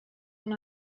one